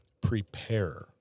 prepare